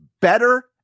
better